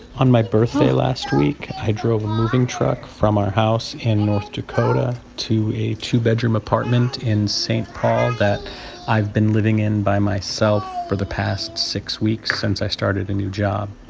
on my birthday last week, i drove a moving truck from our house in north dakota to a two-bedroom apartment in st. paul that i've been living in by myself for the past six weeks since i started a new job.